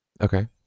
Okay